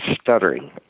stuttering